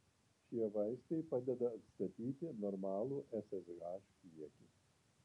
šie vaistai padeda atstatyti normalų ssh kiekį